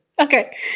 Okay